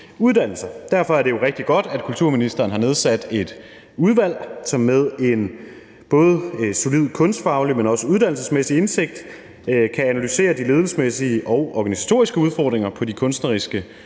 Derfor er det jo rigtig godt, at kulturministeren har nedsat et udvalg, som med en både solid kunstfaglig, men også uddannelsesmæssig indsigt kan analysere de ledelsesmæssige og organisatoriske udfordringer på de kunstneriske